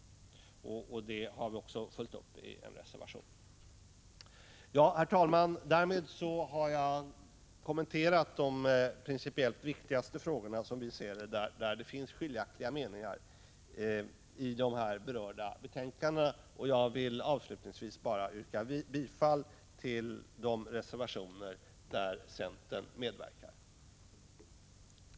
Det har vi också följt upp i en reservation. Ja, herr talman, därmed har jag kommenterat de, som vi ser det, principiellt viktigaste frågorna, där det finns skiljaktiga meningar i de berörda betänkandena. Jag vill avslutningsvis yrka bifall till de reservationer Prot. 1985/86:158 till vilka centern medverkat.